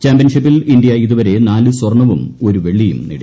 ചാമ്പ്യൻഷിപ്പിൽ ഇന്ത്യ ഇതുവരെ നാല് സ്വർണ്ണവും ഒരു വെള്ളിയും നേടി